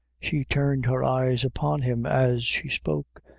she turned her eyes upon him as she spoke,